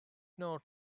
not